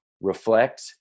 reflect